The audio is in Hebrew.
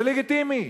זה לגיטימי,